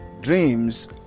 dreams